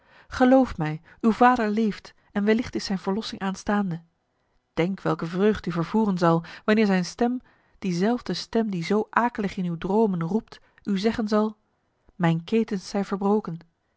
geloof mij uw vader leeft en wellicht is zijn verlossing aanstaande denk welke vreugd u vervoeren zal wanneer zijn stem diezelfde stem die zo akelig in uw dromen roept u zeggen zal mijn ketens zijn verbroken